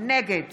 נגד